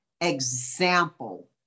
example